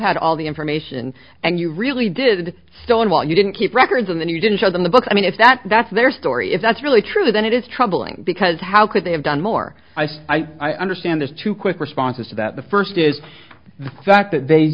had all the information and you really did stonewall you didn't keep records and then you didn't show them the book i mean if that's their story if that's really true then it is troubling because how could they have done more i say i understand there's two quick responses to that the first is the fact that they